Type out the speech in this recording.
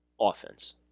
offense